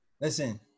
Listen